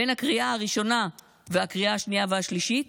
בין הקריאה הראשונה לקריאה השנייה והשלישית,